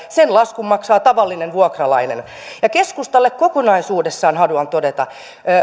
ja sen laskun maksaa tavallinen vuokralainen keskustalle kokonaisuudessaan haluan todeta